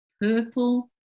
purple